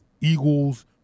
Eagles